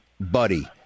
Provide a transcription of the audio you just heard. Buddy